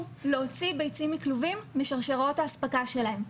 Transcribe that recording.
להוציא ביצים מכלובים משרשראות האספקה שלהן.